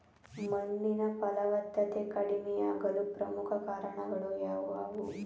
ಮಣ್ಣಿನ ಫಲವತ್ತತೆ ಕಡಿಮೆಯಾಗಲು ಪ್ರಮುಖ ಕಾರಣಗಳು ಯಾವುವು?